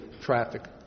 traffic